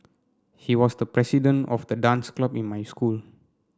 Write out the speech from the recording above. he was the president of the dance club in my school